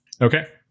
Okay